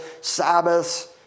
Sabbaths